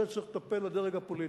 בזה צריך לטפל הדרג הפוליטי,